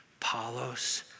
Paulos